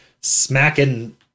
smacking